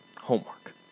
homework